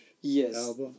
Yes